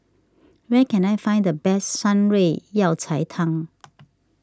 where can I find the best Shan Rui Yao Cai Tang